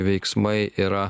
veiksmai yra